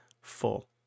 full